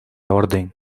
orden